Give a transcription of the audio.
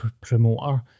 promoter